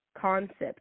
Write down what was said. concept